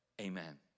Amen